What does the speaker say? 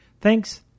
Thanks